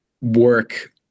work